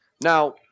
Now